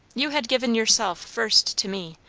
you had given yourself first to me.